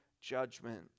judgment